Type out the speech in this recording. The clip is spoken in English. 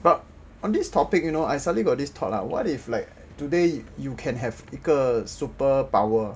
but on this topic you know I suddenly got this thought lah like what if today you can have 一个 superpower